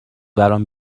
برام